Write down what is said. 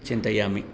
चिन्तयामि